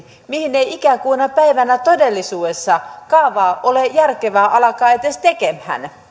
mihin ei ikinä kuuna päivänä todellisuudessa kaavaa ole järkevää alkaa edes tekemään